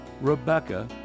Rebecca